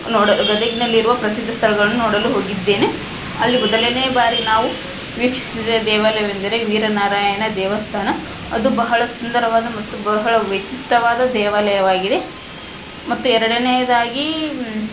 ನೋಡಲು ಗದಗಿನಲ್ಲಿರುವ ಪ್ರಸಿದ್ಧ ಸ್ಥಳಗಳನ್ನು ನೋಡಲು ಹೋಗಿದ್ದೇನೆ ಅಲ್ಲಿ ಮೊದಲನೇ ಬಾರಿ ನಾವು ವೀಕ್ಷಿಸಿದ ದೇವಾಲಯವೆಂದರೆ ವೀರನಾರಾಯಣ ದೇವಸ್ಥಾನ ಅದು ಬಹಳ ಸುಂದರವಾದ ಮತ್ತು ಬಹಳ ವೈಶಿಷ್ಟ್ಯವಾದ ದೇವಾಲಯವಾಗಿದೆ ಮತ್ತು ಎರಡನೇಯದಾಗಿ